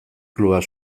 klubak